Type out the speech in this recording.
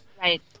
Right